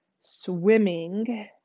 swimming